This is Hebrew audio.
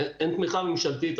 אין תמיכה ממשלתית.